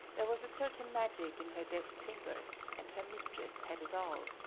there was a certain magic in her deft fingers, and her mistress had it all.